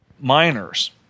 miners